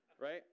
right